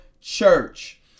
church